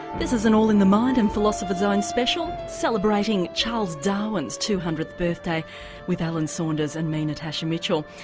this is an all in the mind and philosopher's zone special celebrating charles darwin's two hundredth birthday with alan saunders and me, natasha mitchell.